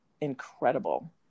incredible